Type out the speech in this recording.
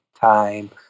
time